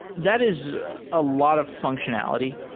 that is a lot of functionality.